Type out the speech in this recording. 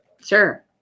Sure